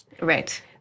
Right